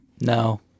No